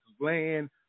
land